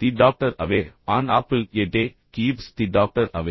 the doctor away an apple a day keeps the doctor away